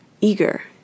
eager